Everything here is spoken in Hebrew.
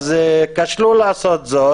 כשלו לעשות זאת.